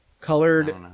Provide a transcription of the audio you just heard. Colored